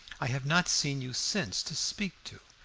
i have not seen you since to speak to.